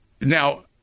Now